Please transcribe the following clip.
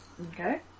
Okay